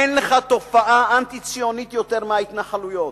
אין לך תופעה אנטי-ציונית יותר מההתנחלויות.